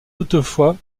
toutefois